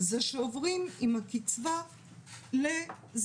זה שעוברים עם הקצבה לזקנה.